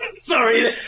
Sorry